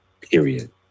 period